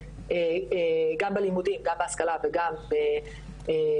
גם בלימודים גם בהשכלה וגם בתעסוקה.